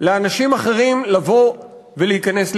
לאנשים אחרים לבוא ולהיכנס לישראל.